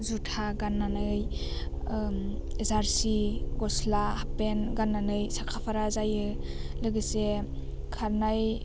जुथा गान्नानै जारसि ग'स्ला हाप्फेन गान्नानै साखाफारा जायो लोगोसे खारनाय